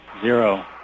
zero